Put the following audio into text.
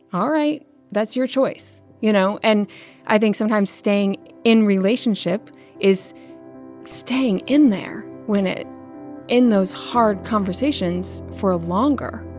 all right that's your choice, you know? and i think sometimes staying in relationship is staying in there when it in those hard conversations for longer.